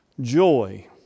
Joy